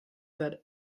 that